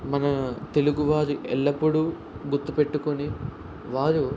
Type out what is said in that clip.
మన తెలుగు వారు ఎల్లప్పుడూ గుర్తు పెట్టుకొని వారు